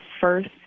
first